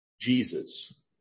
Jesus